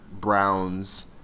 Brown's